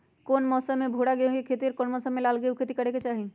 कौन मौसम में भूरा गेहूं के खेती और कौन मौसम मे लाल गेंहू के खेती करे के चाहि?